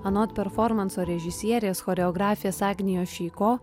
anot performanso režisierės choreografės agnijos šeiko